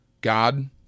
God